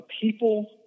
people